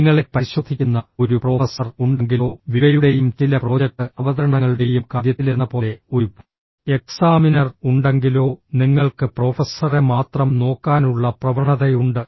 നിങ്ങളെ പരിശോധിക്കുന്ന ഒരു പ്രൊഫസർ ഉണ്ടെങ്കിലോ വിവയുടെയും ചില പ്രോജക്ട് അവതരണങ്ങളുടെയും കാര്യത്തിലെന്നപോലെ ഒരു എക്സാമിനർ ഉണ്ടെങ്കിലോ നിങ്ങൾക്ക് പ്രൊഫസറെ മാത്രം നോക്കാനുള്ള പ്രവണതയുണ്ട്